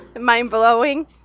Mind-blowing